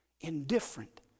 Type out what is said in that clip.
indifferent